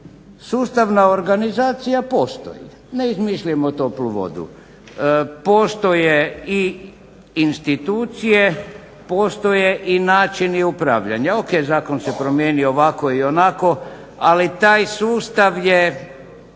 Sustavna organizacija postoji, ne izmišljamo toplu vodu, postoje i institucije postoje i načini upravljanja, ok zakon se promijenio ovako i onako, ali taj sustav je